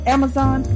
Amazon